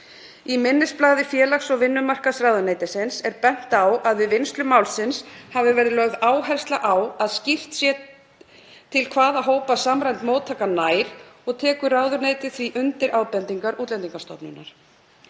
Í minnisblaði félags- og vinnumarkaðsráðuneytisins er bent á að við vinnslu málsins hafi verið lögð áhersla á að skýrt sé til hvaða hópa samræmd móttaka nær og tekur ráðuneytið því undir ábendingar Útlendingastofnunar.